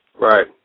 Right